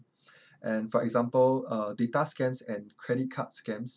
and for example uh data scams and credit card scams